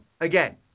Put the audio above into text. Again